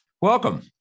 Welcome